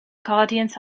guardians